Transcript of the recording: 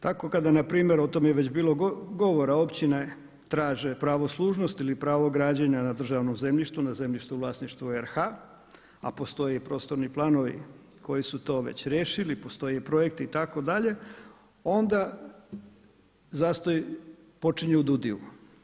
Tako kada npr. o tome je već bilo govora, općine traže pravo služnosti ili pravo građenja na državnom zemljištu na zemljištu u vlasništvu RH, a postoje i prostorni planovi koji su već riješili, postoje projekti itd. onda zastoj počinje u DUUDI-u.